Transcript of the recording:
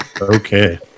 Okay